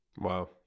Wow